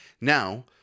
now